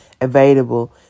available